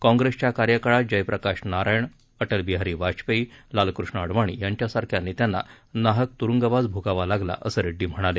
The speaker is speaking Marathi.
कॉंग्रेसच्या कार्यकाळात जयप्रकाश नारायण अटळ बिहारी वाजपेयी लालकृष्ण अडवाणी यांच्यासारख्या नेत्यांना नाहक तुरुंगवास भोगावा लागला असं रेड्डी म्हणाले